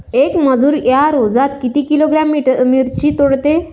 येक मजूर या रोजात किती किलोग्रॅम मिरची तोडते?